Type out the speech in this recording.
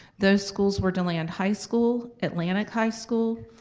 those schools were deland high school, atlantic high school,